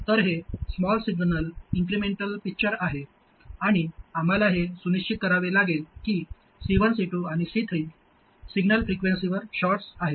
तर हे small signal incremental picture आहे आणि आम्हाला हे सुनिश्चित करावे लागेल की C1 C2 आणि C3 सिग्नल फ्रिक्वेन्सीवर शॉर्ट्स आहेत